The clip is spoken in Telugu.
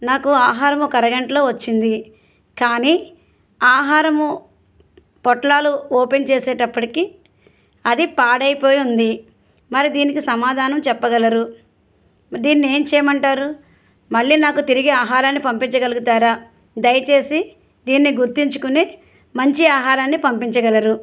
నాకు ఆహారం ఒక అరగంటలో వచ్చింది కానీ ఆహారము పొట్లాలు ఓపెన్ చేసేటప్పటికీ అది పాడైపోయి ఉంది మరి దీనికి సమాధానం చెప్పగలరు దీన్ని ఏమి చేయమంటారు మళ్ళీ నాకు తిరిగి ఆహారాన్ని పంపించగలుగుతారా దయచేసి దీన్ని గుర్తించుకుని మంచి ఆహారాన్ని పంపించగలరు